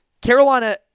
Carolina